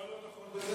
מה לא נכון בזה?